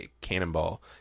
Cannonball